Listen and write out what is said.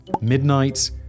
midnight